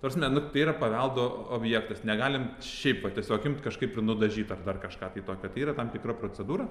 prasme nu tai yra paveldo objektas negalim šiaip va tiesiog imt kažkaip ir nudažyt ar dar kažką tai tokio tai yra tam tikra procedūra